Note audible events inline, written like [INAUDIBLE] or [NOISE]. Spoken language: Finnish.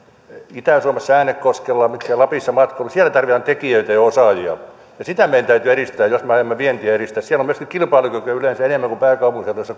itä suomessa äänekoskella lapissa tarvitaan tekijöitä ja osaajia ja sitä meidän täytyy edistää jos me aiomme vientiä edistää siellä on myöskin kilpailukykyä yleensä enemmän kuin pääkaupunkiseudulla [UNINTELLIGIBLE]